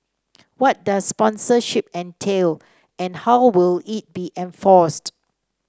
what does sponsorship entail and how will it be enforced